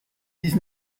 dix